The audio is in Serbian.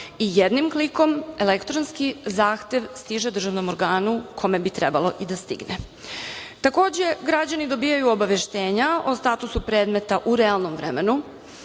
i jednim klikom elektronski zahtev stiže državnom organu kome bi trebalo i da stigne. Takođe, građani dobijaju obaveštenja o statusu predmeta u realnom vremenu,